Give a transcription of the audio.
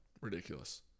Ridiculous